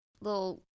little